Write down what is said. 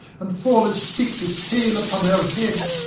and fall as thick as hail upon our heads,